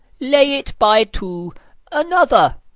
lay it by too another.